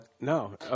no